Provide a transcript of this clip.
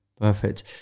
perfect